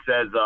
says